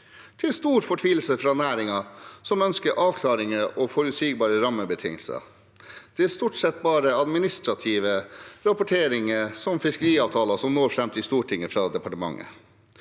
til stor fortvilelse for næringen, som ønsker avklaringer og forutsigbare rammebetingelser. Det er stort sett bare administrative rapporteringer, som fiskeriavtaler, som når fram til Stortinget fra departementet.